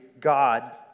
God